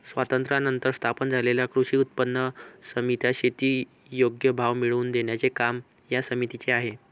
स्वातंत्र्यानंतर स्थापन झालेल्या कृषी उत्पन्न पणन समित्या, शेती योग्य भाव मिळवून देण्याचे काम या समितीचे आहे